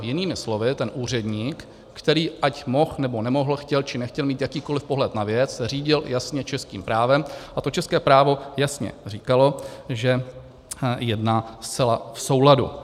Jinými slovy ten úředník, který, ať mohl, nebo nemohl, chtěl, či nechtěl mít jakýkoliv pohled na věc, se řídil jasně českým právem a české právo jasně říkalo, že jedná zcela v souladu.